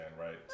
right